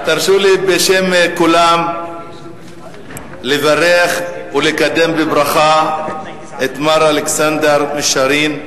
תרשו לי בשם כולם לברך ולקדם בברכה את מר אלכסנדר מישארין,